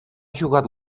jugat